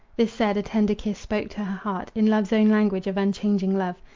this said, a tender kiss spoke to her heart, in love's own language, of unchanging love.